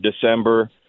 December